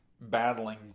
battling